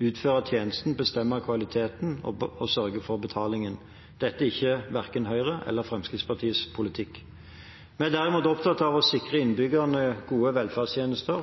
utføre tjenesten, bestemme kvaliteten og sørge for betalingen. Dette er ikke verken Høyres eller Fremskrittspartiets politikk. Vi er derimot opptatt av å sikre innbyggerne gode velferdstjenester,